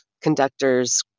conductors